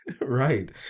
Right